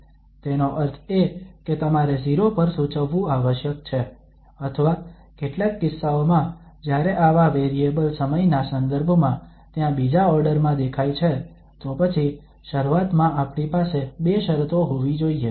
તેનો અર્થ એ કે તમારે 0 પર સૂચવવું આવશ્યક છે અથવા કેટલાક કિસ્સાઓમાં જ્યારે આવા વેરિયેબલ સમયના સંદર્ભમાં ત્યાં બીજા ઓર્ડર માં દેખાય છે તો પછી શરૂઆતમાં આપણી પાસે બે શરતો હોવી જોઈએ